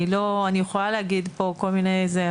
אני יכולה להגיד פה כל מיני זה,